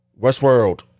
Westworld